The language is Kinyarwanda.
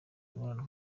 imibonano